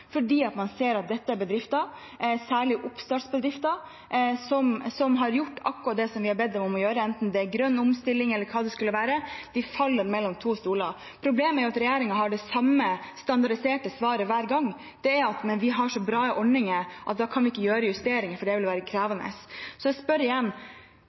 man ser at dette er bedrifter, særlig oppstartsbedrifter, som har gjort akkurat det vi har bedt dem om å gjøre, enten det er grønn omstilling eller hva det skulle være – og så faller de mellom to stoler. Problemet er at regjeringen har det samme standardiserte svaret hver gang, og det er: Vi har så bra ordninger at vi ikke kan gjøre justeringer, for det vil være krevende. Så jeg spør igjen: